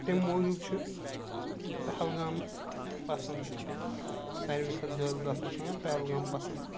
امہِ موٗجوٗب چھُ پہلگام مےٚ پَسنٛد ساروِی کھۄتہٕ زیادٕ گژھُن چھُ مےٚ پہلگام پَسنٛد